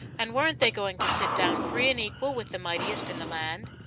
and weren't they going to sit down free and equal with the mightiest in the land?